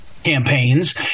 Campaigns